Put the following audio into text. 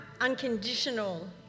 unconditional